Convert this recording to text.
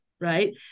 Right